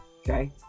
Okay